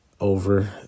over